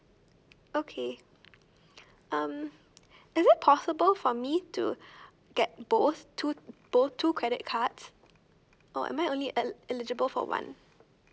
okay um is it possible for me to get both two both two credit cards or am I only uh eligible for one